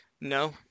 No